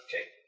Okay